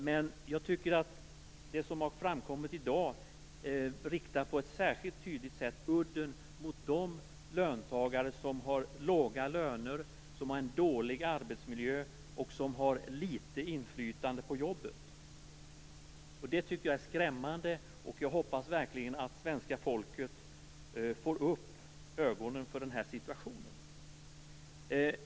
Men jag tycker att det som har framkommit i dag riktar på ett särskilt tydligt sätt udden mot de löntagare som har låga löner, dålig arbetsmiljö och har litet inflytande på jobbet. Jag tycker att det är skrämmande, och jag hoppas verkligen att svenska folket får upp ögonen för den situationen.